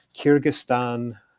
Kyrgyzstan